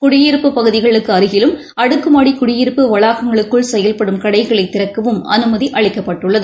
குடியிருப்பு பகுதிகளுக்குஅருகிலும் அடுக்குமாடிகுடியிருப்பு வளாகங்களுககுள் செயவ்படும் கடைகளைதிறக்கவும் அனுமதிஅளிக்கப்பட்டுள்ளது